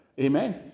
Amen